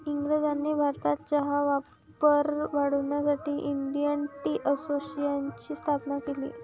इंग्रजांनी भारतात चहाचा वापर वाढवण्यासाठी इंडियन टी असोसिएशनची स्थापना केली